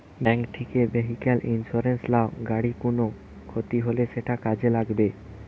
bank থিকে vehicle insurance লাও, গাড়ির কুনো ক্ষতি হলে সেটা কাজে লাগবে